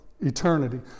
eternity